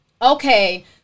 Okay